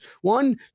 one